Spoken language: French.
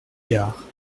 gare